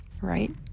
right